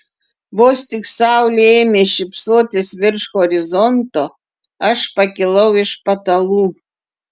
vos tik saulė ėmė šypsotis virš horizonto aš pakilau iš patalų